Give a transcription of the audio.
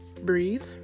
breathe